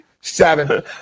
Seven